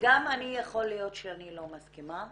וגם אני יכול להיות שאני לא מסכימה,